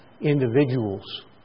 individuals